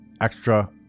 extra